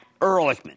Ehrlichman